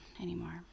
anymore